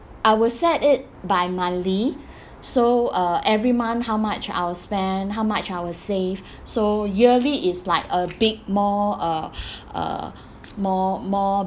I will set it by monthly so uh every month how much I will spend how much I will save so yearly it's like a bit more uh uh more more